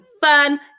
fun